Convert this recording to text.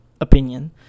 opinion